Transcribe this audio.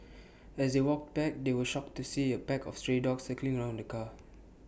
as they walked back they were shocked to see A pack of stray dogs circling around the car